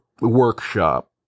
workshop